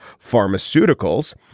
pharmaceuticals